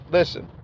listen